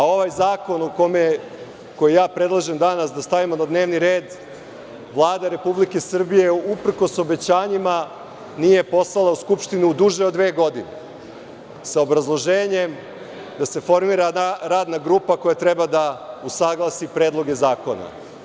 Ovaj zakon koji ja predlažem danas da stavimo na dnevni red, Vlada Republike Srbije, uprkos obećanjima, nije poslala u Skupštinu duže od dve godine, sa obrazloženjem da se formira radna grupa koja treba da usaglasi predloge zakona.